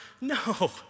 No